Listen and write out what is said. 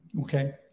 Okay